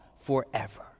forever